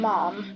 Mom